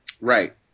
Right